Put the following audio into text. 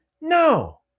No